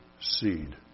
seed